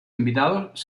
invitados